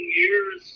years